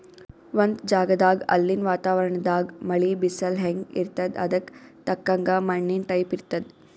ಒಂದ್ ಜಗದಾಗ್ ಅಲ್ಲಿನ್ ವಾತಾವರಣದಾಗ್ ಮಳಿ, ಬಿಸಲ್ ಹೆಂಗ್ ಇರ್ತದ್ ಅದಕ್ಕ್ ತಕ್ಕಂಗ ಮಣ್ಣಿನ್ ಟೈಪ್ ಇರ್ತದ್